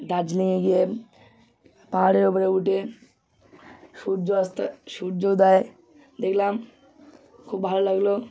দার্জিলিঙে গিয়ে পাহাড়ের উপরে উঠে সূর্য অস্ত সূর্যোদয় দেখলাম খুব ভালো লাগল